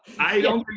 i don't